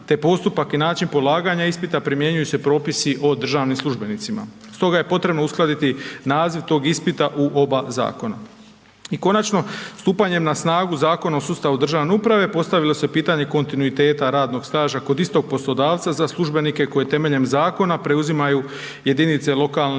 te postupak i način polaganja ispita primjenjuju se propisi o državnim službenicima. Stoga je potrebno uskladiti naziv tog ispita u oba zakona. I konačno stupanjem na snagu Zakona o sustavu državne uprave postavilo se pitanje kontinuiteta radnog staža kod istog poslodavca za službenike koje temeljem zakona preuzimaju jedinice lokalne